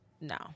No